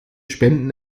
spenden